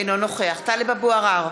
אינו נוכח טלב אבו עראר,